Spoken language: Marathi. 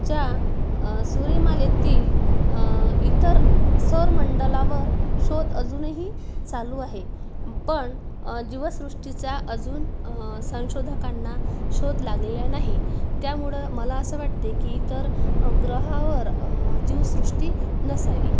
ज्या सूर्यमालेतील इतर सरमंडलावर शोध अजूनही चालू आहे पण जीवसृष्टीचा अजून संशोधकांना शोध लागलेला नाही त्यामुळे मला असं वाटते की इतर ग्रहावर जीवसृष्टी नसावी